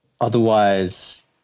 otherwise